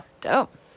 dope